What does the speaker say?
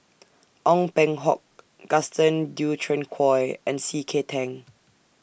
Ong Peng Hock Gaston Dutronquoy and C K Tang